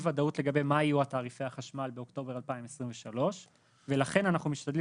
ודאות לגבי מה יהיו תעריפי החשמל באוקטובר 2023 ולכן אנחנו משתדלים